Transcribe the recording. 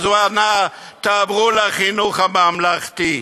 הוא אמר: תעברו לחינוך הממלכתי.